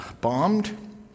bombed